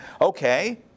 okay